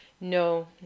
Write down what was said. No